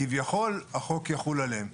כביכול, החוק יחול עליהם.